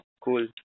Cool